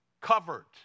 covered